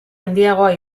handiagoa